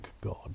God